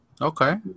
Okay